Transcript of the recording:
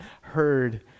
heard